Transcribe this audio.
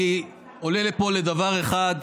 אני עולה לפה לדבר אחד,